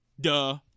Duh